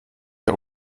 der